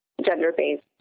gender-based